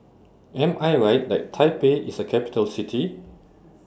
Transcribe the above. Am I Right that Taipei IS A Capital City